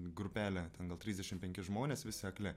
grupelė ten gal trisdešim penki žmonės visi akli